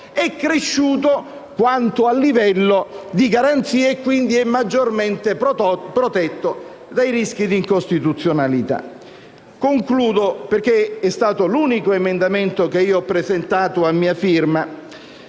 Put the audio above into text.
è cresciuto quanto a livello di garanzie e quindi è maggiormente protetto dai rischi di incostituzionalità. Concludo - perché è stato l'unico emendamento che ho presentato a mia firma